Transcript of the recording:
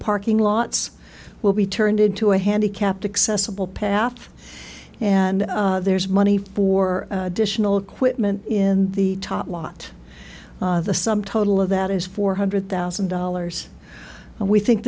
parking lots will be turned into a handicapped accessible path and there's money for additional equipment in the top lot the sum total of that is four hundred thousand dollars and we think